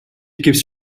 gives